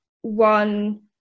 one